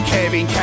Kevin